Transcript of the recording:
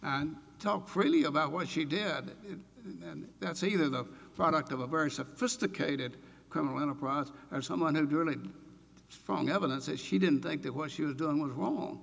and talk freely about what she did and that's either the product of a very sophisticated criminal enterprise or someone had really strong evidence that she didn't think that what she was doing was